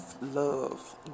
love